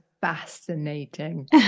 fascinating